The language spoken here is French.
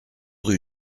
rue